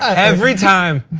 every time,